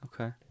Okay